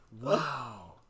Wow